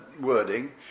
wording